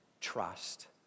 Trust